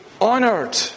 honored